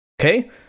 Okay